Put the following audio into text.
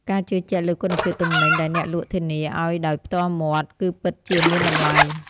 ការជឿជាក់លើគុណភាពទំនិញដែលអ្នកលក់ធានាឱ្យដោយផ្ទាល់មាត់គឺពិតជាមានតម្លៃ។